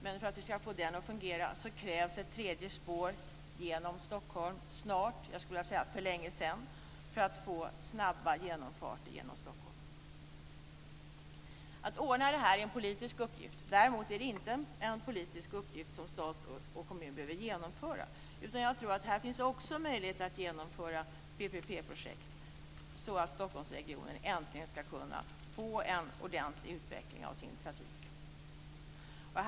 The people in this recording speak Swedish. Men för att vi ska få den att fungera krävs snart - jag skulle vilja säga för länge sedan - ett tredje spår genom Stockholm. Då kan vi få snabba genomfarter genom Stockholm. Att ordna det här är en politisk uppgift. Däremot är det inte en uppgift som stat och kommun behöver genomföra. Jag tror att det finns möjlighet att genomföra PPP-projekt, så att Stockholmsregionen äntligen ska kunna få en ordentlig utveckling av sin trafik.